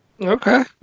Okay